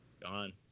Gone